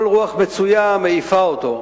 כל רוח מצויה מעיפה אותו,